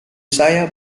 saya